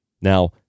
Now